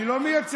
אני לא מייצג.